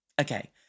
Okay